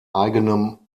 eigenem